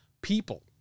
People